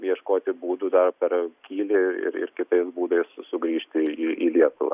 ieškoti būdų dar per kylį ir ir kitais būdais sugrįžti į į lietuvą